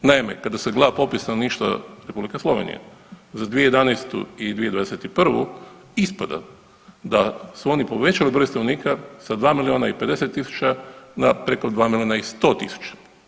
Naime, kada se gleda popis stanovništva Republike Slovenije za 2011. i 2021. ispada da su oni povećali broj stanovnika sa dva milijuna i 50 tisuća na preko 2 milijuna i 100 tisuća.